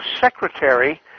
secretary